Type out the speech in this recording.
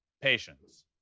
patience